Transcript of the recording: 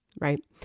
right